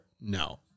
No